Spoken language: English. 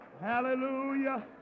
hallelujah